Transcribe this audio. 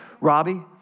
Robbie